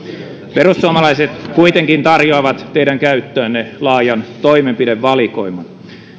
perussuomalaiset kuitenkin tarjoavat teidän käyttöönne laajan toimenpidevalikoiman